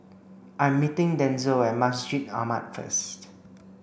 I'm meeting Denzell at Masjid Ahmad first